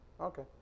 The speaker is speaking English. Okay